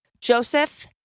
Joseph